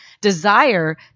desire